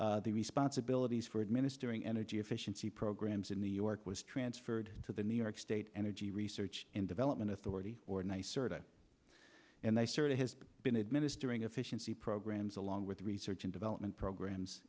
six the responsibilities for administering energy efficiency programs in new york was transferred to the new york state energy research and development authority or nicira and they certain has been administering efficiency programs along with research and development programs